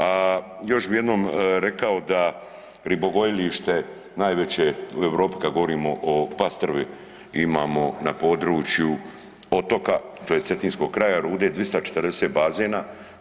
A još bih jednom rekao da ribogojilište najveće u Europi kada govorimo o pastrvi imamo na području otoka tj. Cetinskog kraja Rude 240 bazena.